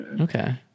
Okay